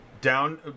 down